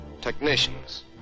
technicians